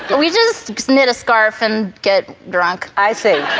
but we just knit a scarf and get drunk. i see.